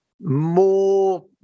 more